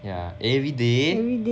yeah everyday